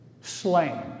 slain